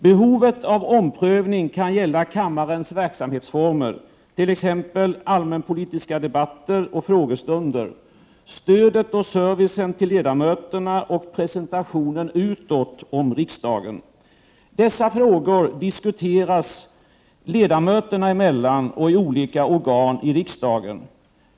Behovet av omprövning kan gälla kammarens verksamhetsformer, t.ex. allmänpolitiska debatter och frågestunder, stödet och servicen till ledamöterna och presentationen utåt av riksdagen. Dessa frågor diskuteras ledamöterna emellan och i olika organ i riksdagen.